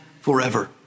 forever